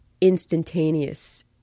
instantaneous